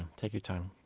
take your time.